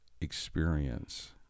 experience